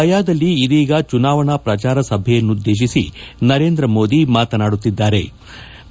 ಗಯಾದಲ್ಲಿ ಇದೀಗ ಚುನಾವಣಾ ಪ್ರಚಾರ ಸಭೆಯನ್ನುದ್ಗೇತಿಸಿ ನರೇಂದ್ರ ಮೋದಿ ಮಾತನಾಡುತ್ತಿದ್ಗಾರೆ